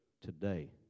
today